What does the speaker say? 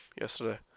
yesterday